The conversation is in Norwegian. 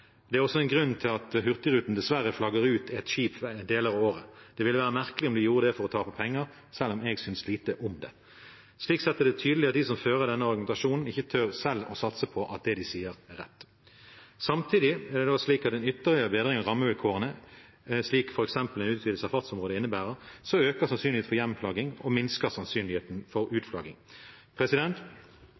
det dersom det var lønnsomt. Det er også en grunn til at Hurtigruten dessverre flagger ut et skip for deler av året. Det ville være merkelig om de gjorde det for å tape penger, selv om jeg synes lite om det. Slik sett er det tydelig at de som fører denne argumentasjonen, selv ikke tør å satse på at det de sier, er rett. Samtidig er det slik at en ytterligere bedring av rammevilkårene, slik f.eks. en utvidelse av fartsområdet vil innebære, øker sannsynligheten for hjemflagging og minsker sannsynligheten for utflagging.